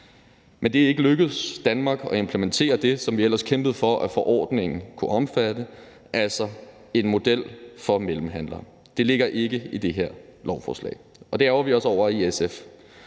Men det er ikke lykkedes Danmark at implementere det, som vi ellers kæmpede for at forordningen kunne omfatte, altså en model for mellemhandlere. Det ligger ikke i det her lovforslag, og det ærgrer vi os over i SF.